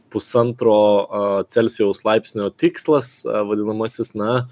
pusantro a celsijaus laipsnio tikslas a vadinamasis na